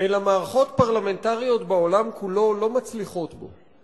אלא מערכות פרלמנטריות בעולם כולו לא מצליחות בו,